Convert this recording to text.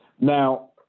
Now